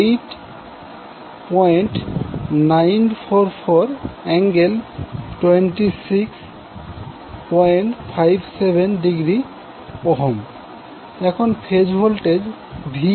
Z∆8j48944∠2657° এখন phase voltage Van100∠10°V